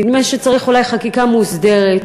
נדמה שצריך אולי חקיקה מוסדרת,